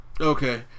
Okay